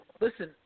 listen